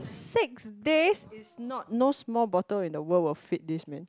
six days is not no small bottle in the world will fit this man